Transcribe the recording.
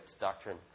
doctrine